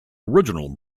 original